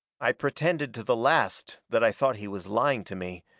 i pretended to the last that i thought he was lying to me.